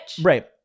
Right